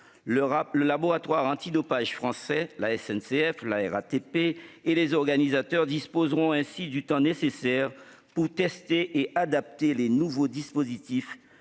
Le laboratoire antidopage français, la SNCF, la RATP et les organisateurs disposeront ainsi du temps nécessaire pour tester et adapter les nouveaux dispositifs